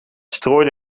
strooide